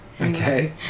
Okay